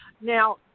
Now